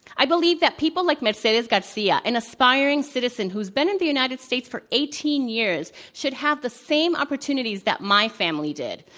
i believe that people like mercedes garcia, an aspiring citizen who has been in the united states for eighteen years, should have the same opportunities that my family did.